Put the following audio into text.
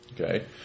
Okay